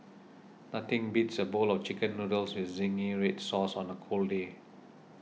nothing beats a bowl of Chicken Noodles with Zingy Red Sauce on a cold day